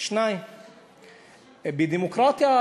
2. בדמוקרטיה,